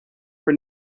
for